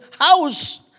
house